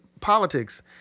politics